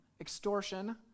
extortion